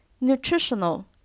Nutritional